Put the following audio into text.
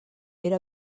era